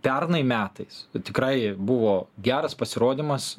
pernai metais tikrai buvo geras pasirodymas